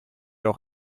auch